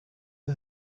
you